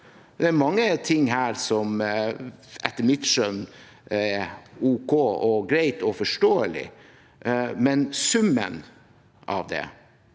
Det er mange ting her som etter mitt skjønn er ok og greit og forståelig, men summen av dem